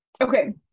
okay